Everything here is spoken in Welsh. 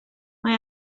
mae